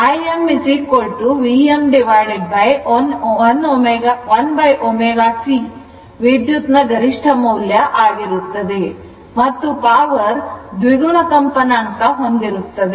Im Vm1ω C ವಿದ್ಯುತ್ ನ ಗರಿಷ್ಠ ಮೌಲ್ಯ ಆಗಿರುತ್ತದೆ ಮತ್ತು ಪವರ್ ದ್ವಿಗುಣ ಕಂಪನಾಂಕ ಹೊಂದಿರುತ್ತದೆ